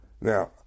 Now